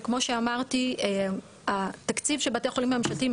שכמו שאמרתי התקציב של בתי החולים הממשלתיים